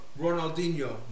Ronaldinho